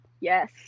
Yes